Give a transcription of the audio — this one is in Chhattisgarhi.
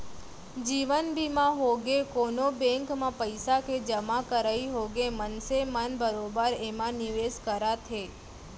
जीवन बीमा होगे, कोनो बेंक म पइसा के जमा करई होगे मनसे मन बरोबर एमा निवेस करत हे